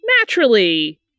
Naturally